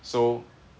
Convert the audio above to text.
so